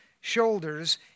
shoulders